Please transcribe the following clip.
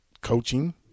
coaching